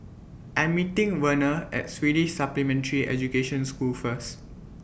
I'm meeting Verner At Swedish Supplementary Education School First